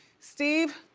steve,